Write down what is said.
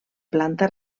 planta